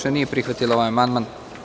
nije prihvatila ovaj amandman.